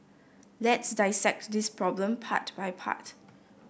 let's dissect this problem part by part